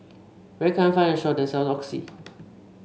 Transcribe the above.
where can I find a shop that sell Oxy